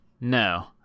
No